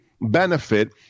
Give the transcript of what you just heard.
benefit